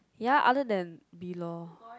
ya other than you know